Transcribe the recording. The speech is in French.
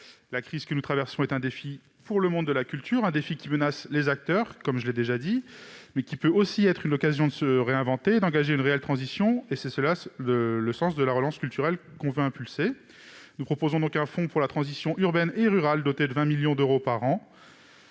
La crise que nous traversons est un défi pour le monde de la culture. Elle en menace les acteurs, mais peut aussi être l'occasion de se réinventer et d'engager une réelle transition : tel est le sens de la relance culturelle que nous voulons impulser. Nous proposons donc de créer un fonds pour la transition urbaine et rurale, doté de 20 millions d'euros par an.